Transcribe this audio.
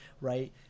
right